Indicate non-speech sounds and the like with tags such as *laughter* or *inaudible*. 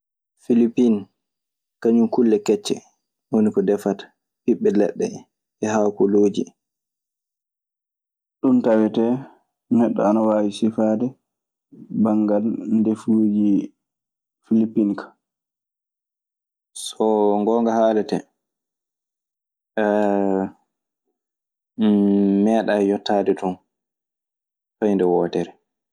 Filipiin, kulle kecce woni ko defata: ɓiɓɓe leɗɗe en e haakolooji en. Ɗun tawetee neɗɗo ana waawi sifaade banngal ndefuuji Filipiin kaa. Soo ngoonga haaleten, *hesitation* mi meeɗay yottaade ton fey nde wootere.